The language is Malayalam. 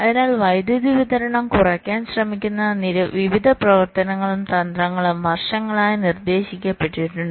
അതിനാൽ വൈദ്യുതി വിതരണം കുറയ്ക്കാൻ ശ്രമിക്കുന്ന വിവിധ പ്രവർത്തനങ്ങളും തന്ത്രങ്ങളും വർഷങ്ങളായി നിർദ്ദേശിക്കപ്പെട്ടിട്ടുണ്ട്